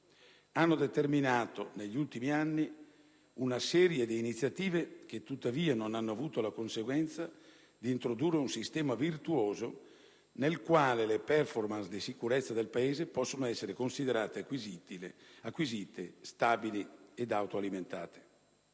hanno determinato negli ultimi anni una serie di iniziative che tuttavia non hanno avuto la conseguenza di introdurre un sistema virtuoso nel quale le *performance* di sicurezza del Paese possano essere considerate acquisite, stabili ed autoalimentate.